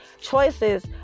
choices